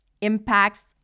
impacts